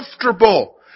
comfortable